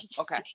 Okay